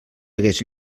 hagués